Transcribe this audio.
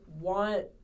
want